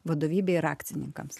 vadovybei ir akcininkams